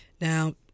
Now